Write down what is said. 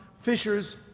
fishers